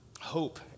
Hope